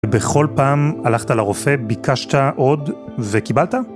בכל פעם הלכת לרופא, ביקשת עוד וקיבלת?